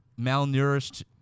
malnourished